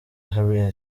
harry